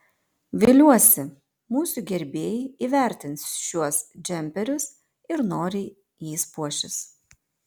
viliuosi mūsų gerbėjai įvertins šiuos džemperius ir noriai jais puošis